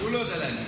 הוא לא יודע להגיד.